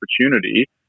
opportunity